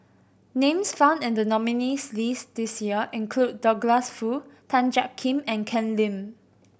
names found in the nominees' list this year include Douglas Foo Tan Jiak Kim and Ken Lim